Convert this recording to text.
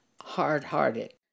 hard-hearted